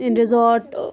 resort